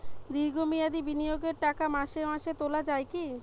দীর্ঘ মেয়াদি বিনিয়োগের টাকা মাসে মাসে তোলা যায় কি?